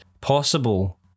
possible